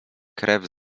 krew